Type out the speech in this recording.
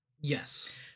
Yes